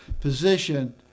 position